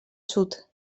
sud